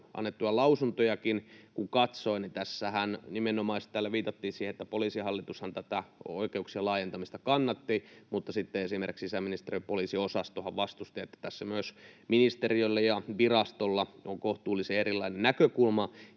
annettuja lausuntojakin kun katsoin — että täällähän nimenomaisesti viitattiin siihen, että Poliisihallitushan tätä oikeuksien laajentamista kannatti, mutta sitten esimerkiksi sisäministeriön poliisiosastohan vastusti, niin että tässä myös ministeriöllä ja virastolla on kohtuullisen erilaiset näkökulmat.